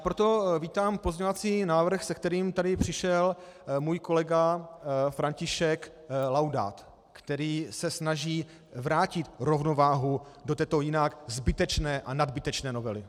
Proto vítám pozměňovací návrh, se kterým tady přišel můj kolega František Laudát, který se snaží vrátit rovnováhu do této jinak zbytečné a nadbytečné novely.